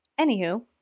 Anywho